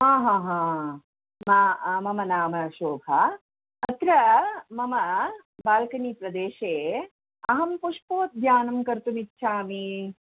आ हा हा मम नाम शोभा अत्र मम बाल्कनी प्रदेशे अहं पुष्पोद्यानं कर्तुम् इच्छामि